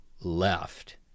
left